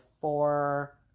four